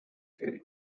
food